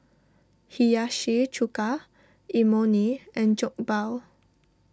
Hiyashi Chuka Imoni and Jokbal